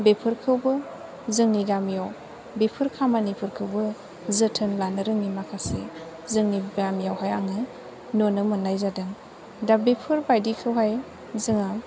बेफोरखौबो जोंनि गामियाव बेफोर खामानिखौबो जोथोन लानो रोङो माखासे जोंनि गामियावहाय आङो नुनो मोननाय जादों दा बेफोरबादि खौहाय जोङो